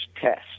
test